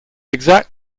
exact